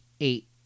eight